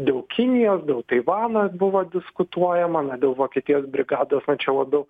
dėl kinijos dėl taivanas buvo diskutuojama na dėl vokietijos brigados na čia labiau